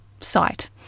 site